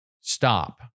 stop